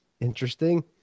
Interesting